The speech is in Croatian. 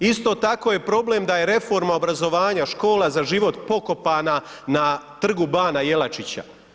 Isto tako je problem da je reforma obrazovanja Škola za život pokopana na Trgu bana Jelačića.